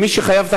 שמי שחייב,